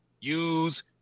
use